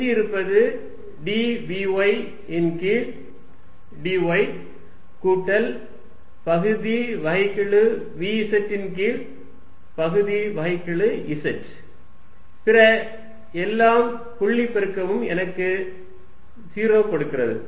எஞ்சியிருப்பது dvy ன் கீழ் dy கூட்டல் பகுதி வகைக்கெழு vz ன் கீழ் பகுதி வகைக்கெழு z பிற எல்லாம் புள்ளி பெருக்கமும் எனக்கு 0 கொடுக்கிறது